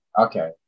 Okay